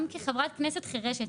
גם כחברת כנסת חירשת,